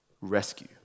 rescue